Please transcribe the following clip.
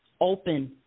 open